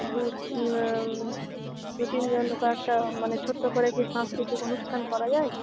দু দু তিনজন কয়েকটা মানে ছোট্টো করে কি সাংস্কৃতিক অনুষ্ঠান করা যায়